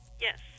Yes